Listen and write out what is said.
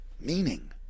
Meaning